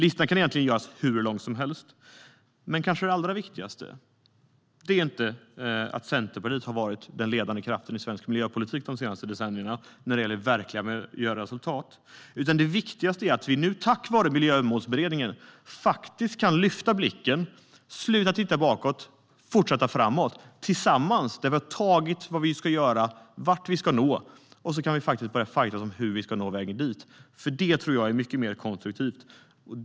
Listan kan göras hur lång som helst. Men det kanske allra viktigaste är inte att Centerpartiet har varit den ledande kraften i svensk miljöpolitik under de senaste decennierna när det gäller verkliga miljöresultat, utan det viktigaste är att vi nu tack vare Miljömålsberedningen faktiskt kan lyfta blicken, sluta att titta bakåt och tillsammans fortsätta framåt. Vi är överens om vad vi ska göra och vart vi ska nå. Sedan kan vi börja fajtas om hur vi ska nå vägen dit. Det tror jag är mycket mer konstruktivt.